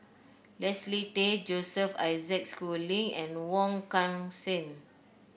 Leslie Tay Joseph Isaac Schooling and Wong Kan Seng